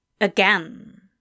Again